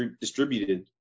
distributed